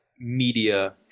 Media